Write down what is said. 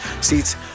seats